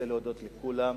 אני רוצה להודות לכולם.